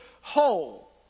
whole